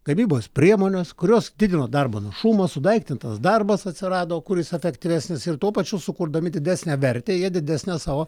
gamybos priemones kurios didino darbo našumą sudaiktintas darbas atsirado kuris efektyvesnis ir tuo pačiu sukurdami didesnę vertę jie didesnę savo